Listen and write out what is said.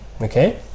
Okay